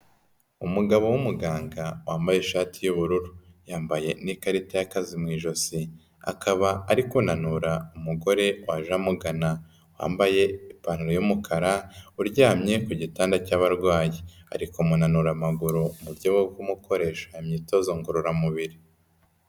Umugabo w'umuganga wambaye ishati y'ubururu, yambaye n'ikarita y'akazi mu ijosi, akaba ari kunanura umugore waje amugana, wambaye ipantaro y'umukara uryamye ku gitanda cy'abarwayi, ari kumunanura amaguru, mu buryo bwo kumukoresha imyitozo ngororamubiri.